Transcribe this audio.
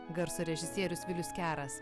garso režisierius vilius keras